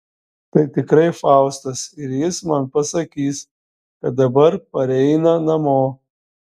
tai tikrai faustas ir jis man pasakys kad dabar pareina namo